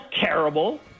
terrible